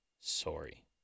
sorry